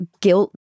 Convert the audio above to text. guilt